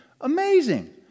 amazing